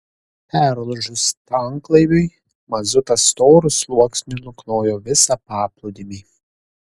perlūžus tanklaiviui mazutas storu sluoksniu nuklojo visą paplūdimį